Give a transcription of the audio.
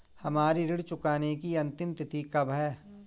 हमारी ऋण चुकाने की अंतिम तिथि कब है?